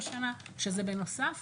שזה בנוסף